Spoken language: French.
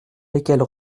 lesquels